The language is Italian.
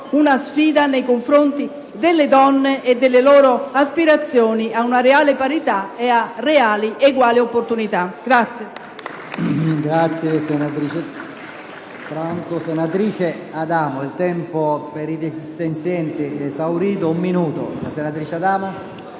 una sfida nei confronti delle donne e delle loro aspirazioni ad una reale parità e a reali ed uguali opportunità.